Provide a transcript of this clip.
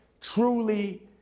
truly